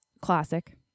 Classic